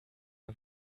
mal